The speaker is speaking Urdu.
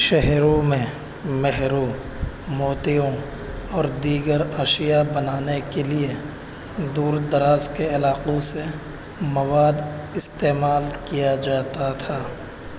شہروں میں مہروں موتیوں اور دیگر اشیا بنانے کے لیے دور دراز کے علاقوں سے مواد استعمال کیا جاتا تھا